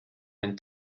einen